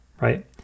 right